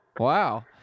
Wow